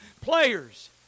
players